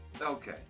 Okay